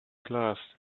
glass